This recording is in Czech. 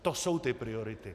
To jsou priority.